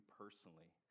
personally